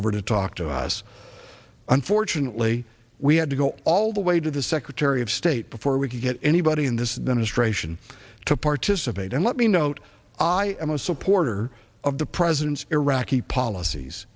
over to talk to us unfortunately we had to go all the way to the secretary of state before we could get anybody in this demonstration to participate and let me note i am a supporter of the president's iraqi polic